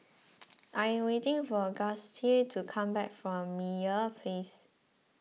I am waiting for Gustie to come back from Meyer Place